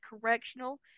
Correctional